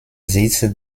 sitz